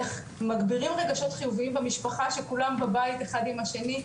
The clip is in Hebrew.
איך מגבירים רגשות חיוביים במשפחה שכולם בבית אחד עם השני,